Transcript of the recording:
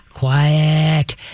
Quiet